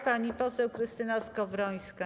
Pani poseł Krystyna Skowrońska.